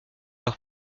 leur